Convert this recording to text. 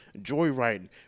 joyriding